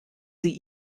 sie